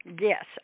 Yes